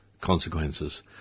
consequences